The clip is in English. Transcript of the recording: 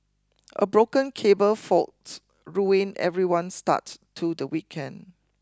a broken cable fault ruined everyone's start to the weekend